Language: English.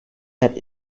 that